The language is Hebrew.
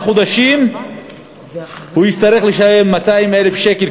חודשים הוא יצטרך לשלם 200,000 שקל,